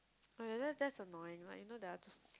uh yeah that that's annoying like you know they are just